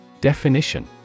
Definition